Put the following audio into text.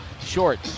Short